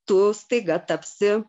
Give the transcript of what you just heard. tu staiga tapsi